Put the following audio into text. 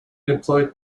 employed